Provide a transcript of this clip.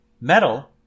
Metal